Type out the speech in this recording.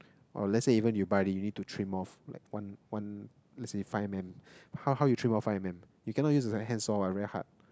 or let's say you even you buy already you need to trim off like one one let's say five M M how how you trim off five M_M you cannot use the handsaw what very hard